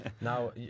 Now